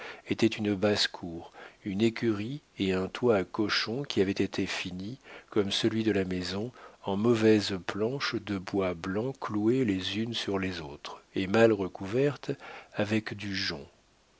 étaient une basse-cour une écurie et un toit à cochons qui avait été fini comme celui de la maison en mauvaises planches de bois blanc clouées les unes sur les autres et mal recouvertes avec du jonc